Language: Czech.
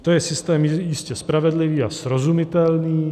To je systém jistě spravedlivý a srozumitelný.